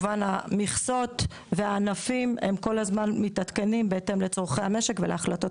המכסות והענפים כל הזמן מתעדכנים בהתאם לצורכי המשק ולהחלטות